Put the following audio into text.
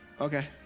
Okay